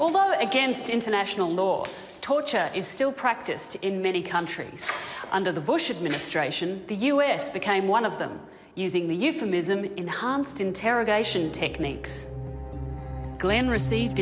although against international law torture is still practiced in many countries under the bush administration the us became one of them using the euphemism in homs to interrogation techniques glenn received